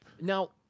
Now